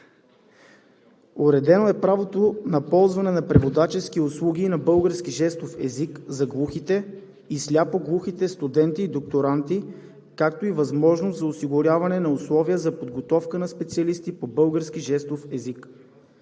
„Уредено е право на ползване на преводачески услуги на български жестов език за глухите и сляпо-глухите студенти и докторанти, както и възможност за осигуряване на условия за подготовка на специалисти по български жестов език.